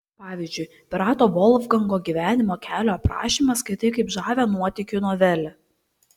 pavyzdžiui pirato volfgango gyvenimo kelio aprašymą skaitai kaip žavią nuotykių novelę